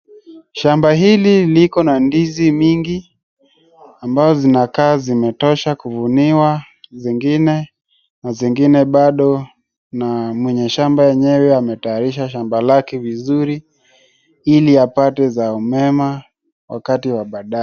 Shamba hili liko na ndizi mingi ambazo zinakaa zimetosha kuvuniwa zingine na zingine bado na mwenye shamba enyewe ametayarisha shamba lake vizuri ili apate zao mema wakati wa badaye.